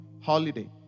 holiday